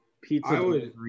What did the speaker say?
pizza